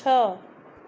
छह